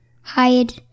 Hide